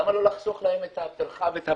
למה לא לחסוך להם את הטרחה ואת הבעיות?